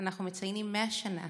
אנחנו מציינים 100 שנה